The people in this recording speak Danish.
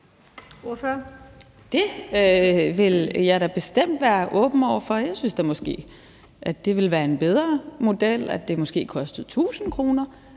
Det vil jeg da bestemt være åben over for. Jeg synes da måske, at det ville være en bedre model, at det måske kostede 1.000 kr.